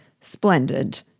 Splendid